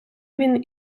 він